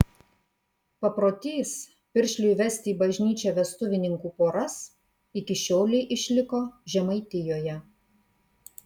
paprotys piršliui vesti į bažnyčią vestuvininkų poras iki šiolei išliko žemaitijoje